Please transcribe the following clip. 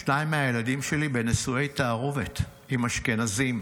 שניים מהילדים שלי בנישואי תערובת עם אשכנזים.